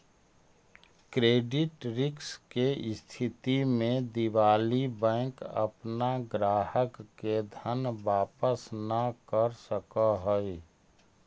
credit risk के स्थिति में दिवालि बैंक अपना ग्राहक के धन वापस न कर सकऽ हई